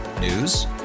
News